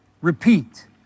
repeat